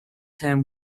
him